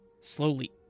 Slowly